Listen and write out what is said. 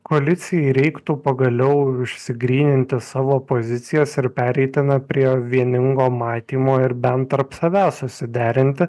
koalicijai reiktų pagaliau išsigryninti savo pozicijas ir pereiti na prie vieningo matymo ir bent tarp savęs suderinti